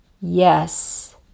Yes